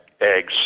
eggs